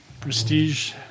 prestige